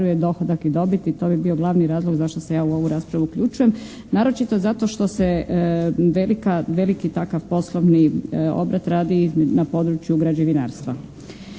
dohodak i dobit i to bi bio glavni razlog zašto se ja u ovu raspravu uključujem. Naročito zato što se veliki takav poslovni obrat radi na području građevinarstva.